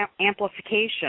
amplification